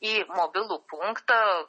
į mobilų punktą